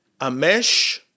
Amesh